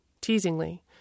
teasingly